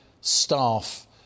Staff